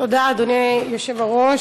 תודה, אדוני היושב-ראש.